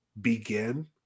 begin